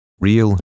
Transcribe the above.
Real